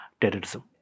terrorism